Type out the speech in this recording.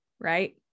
right